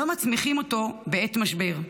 לא מצמיחים אותו בעת משבר.